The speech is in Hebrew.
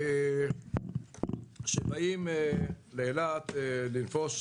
שבאים לאילת לנפוש.